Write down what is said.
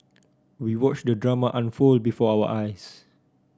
we watched the drama unfold before our eyes